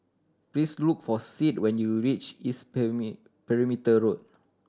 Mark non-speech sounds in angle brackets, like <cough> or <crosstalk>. please look for Sid when you reach East <unintelligible> Perimeter Road